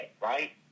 right